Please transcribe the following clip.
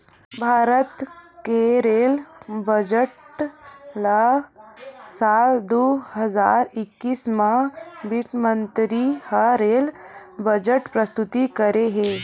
भारत के rail budget ल साल दू हजार एक्कीस म बित्त मंतरी ह रेल बजट प्रस्तुत करे हे